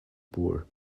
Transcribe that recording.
poor